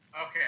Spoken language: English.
Okay